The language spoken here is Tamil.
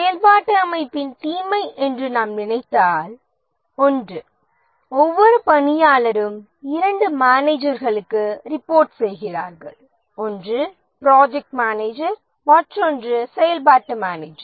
செயல்பாட்டு அமைப்பின் தீமை என்று நாம் நினைத்தால் ஒன்று ஒவ்வொரு பணியாளரும் இரண்டு மேனேஜர்களுக்கு ரிபோர்ட் செய்கிறார் ஒன்று ப்ராஜெக்ட் மேனேஜர் மற்றொன்று செயல்பாட்டு மேனேஜர்